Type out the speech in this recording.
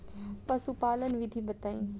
पशुपालन विधि बताई?